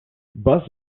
bus